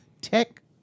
tech